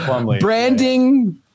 branding